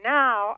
now